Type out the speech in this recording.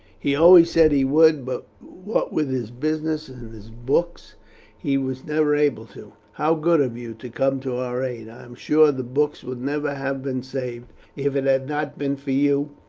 he always said he would, but what with his business and his books he was never able to. how good of you to come to our aid! i am sure the books would never have been saved if it had not been for you,